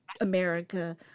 America